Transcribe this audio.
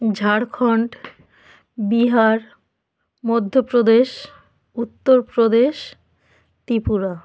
Jharkhand Bihar Madhya Pradesh Uttar Pradesh Tripura